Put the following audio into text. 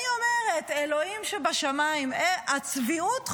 אני אומרת, אלוהים שבשמיים, הצביעות חוגגת.